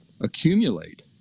accumulate